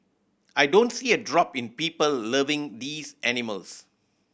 I don't see a drop in people loving these animals